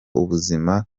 ubuzima